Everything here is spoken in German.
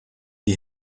die